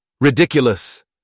Ridiculous